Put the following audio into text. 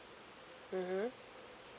mmhmm